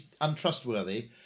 untrustworthy